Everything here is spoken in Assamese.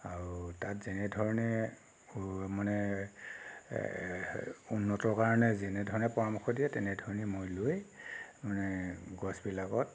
আৰু তাত যেনেধৰণে মানে এ উন্নতিৰ কাৰণে যেনেধৰণে পৰামৰ্শ দিয়ে তেনেধৰণেই মই লৈ মানে গছবিলাকত